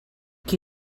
qui